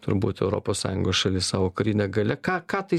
turbūt europos sąjungos šalis savo karine galia ką ką tai